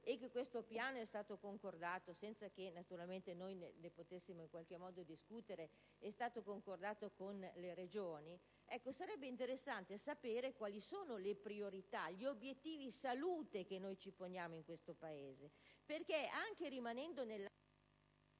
e che lo stesso è stato concordato, senza che naturalmente noi ne potessimo in qualche modo discutere, con le Regioni, sarebbe interessante sapere quali sono le priorità, gli obiettivi-salute che ci poniamo in questo Paese. Anche rimanendo nell'ambito